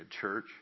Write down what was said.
church